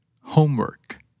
Homework